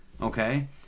Okay